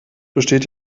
besteht